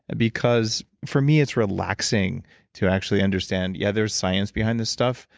and because for me, it's relaxing to actually understand, yeah, there's science behind this stuff.